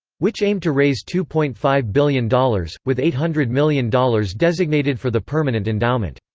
which aimed to raise two point five billion dollars, with eight hundred million dollars designated for the permanent endowment.